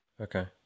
Okay